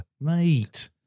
Mate